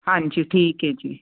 ਹਾਂਜੀ ਠੀਕ ਹੈ ਜੀ